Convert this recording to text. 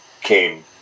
came